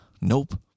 Nope